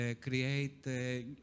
create